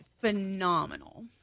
phenomenal